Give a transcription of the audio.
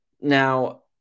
Now